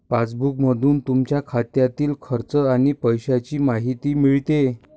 पासबुकमधून तुमच्या खात्यातील खर्च आणि पैशांची माहिती मिळते